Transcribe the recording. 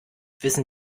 wissen